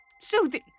soothing